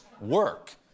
work